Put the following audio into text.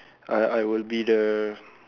I I will be the